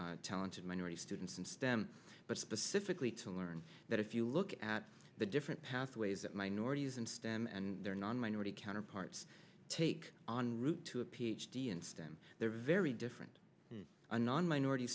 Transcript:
r talented minority students in stem but specifically to learn that if you look at the different pathways that minorities in stem and their non minority counterparts take on route to a ph d in stem they're very different a non minority